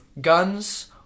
guns